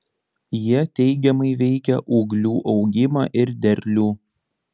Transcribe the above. jie teigiamai veikia ūglių augimą ir derlių